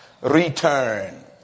return